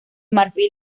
marfil